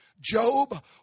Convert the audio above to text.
Job